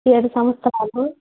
ఏడు సంవత్సరాలు